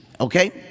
okay